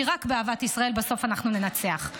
כי רק באהבת ישראל בסוף אנחנו ננצח.